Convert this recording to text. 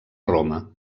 roma